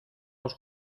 los